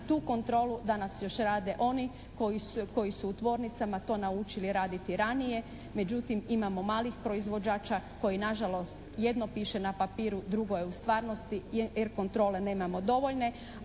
tu kontrolu danas još rade oni koji su u tvornicama to naučili raditi ranije. Međutim imamo malih proizvođača koji na žalost jedno piše na papiru, drugo je u stvarnosti, jer kontrole nemamo dovoljne,